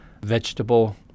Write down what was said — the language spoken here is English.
vegetable